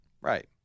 Right